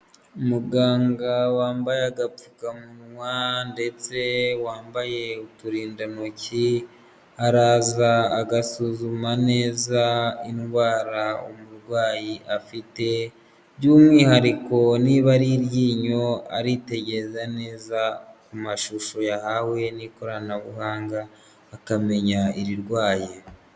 Umuganga wambaye agapfukamunwa ndetse wambaye uturindantoki, araza agasuzuma neza indwara umurwayi afite, by'umwihariko niba ari iryinyo aritegereza neza ku mashusho yahawe n'ikoranabuhanga akamenya irirwaye.